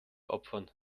opfern